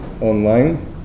Online